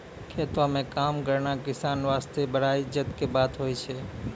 खेतों म काम करना किसान वास्तॅ बड़ा इज्जत के बात होय छै